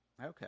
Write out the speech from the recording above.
Okay